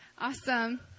awesome